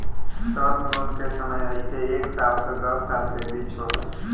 term loan के समय अइसे एक साल से दस साल के बीच होला